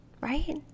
right